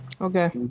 Okay